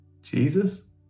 Jesus